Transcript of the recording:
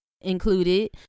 included